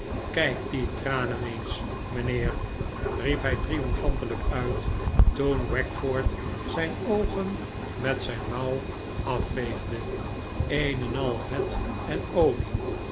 kijk die tranen eens mijnheer riep hij triomfantelijk uit toen wackford zijn oogen met zijn mouw afveegde een en al vet en olie